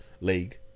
league